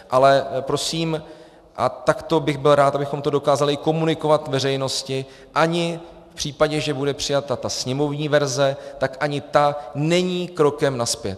Ale prosím, a takto bych byl rád, abychom to dokázali i komunikovat veřejnosti, ani v případě, že bude přijata sněmovní verze, tak ani ta není krokem nazpět.